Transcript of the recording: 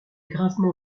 gravement